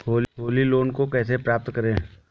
Holi loan को कैसे प्राप्त करें?